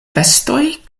vestoj